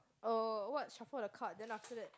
uh what shuffle the card then after that